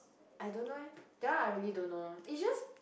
I don't know leh that one I really don't know it's just